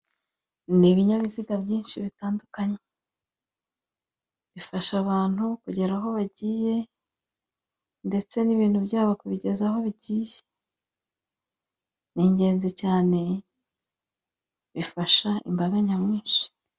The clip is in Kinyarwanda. Ibinyabiziga byinshi bitandukanye. Bifasha abantu kugera aho bagiye, ndetse n'ibintu byabo kubigeza aho bigiye. Ni ingenzi cyane bifasha imbaga nyamwinshi.